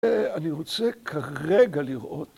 אני רוצה כרגע לראות